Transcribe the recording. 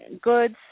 Goods